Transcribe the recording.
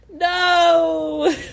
No